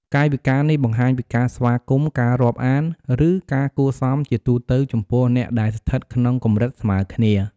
កាយវិការនេះបង្ហាញពីការស្វាគមន៍ ការរាប់អាន ឬការគួរសមជាទូទៅចំពោះអ្នកដែលស្ថិតក្នុងកម្រិតស្មើគ្នា។